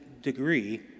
degree